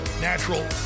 natural